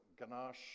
ganache